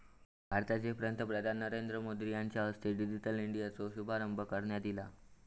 भारताचे पंतप्रधान नरेंद्र मोदी यांच्या हस्ते डिजिटल इंडियाचो शुभारंभ करण्यात ईला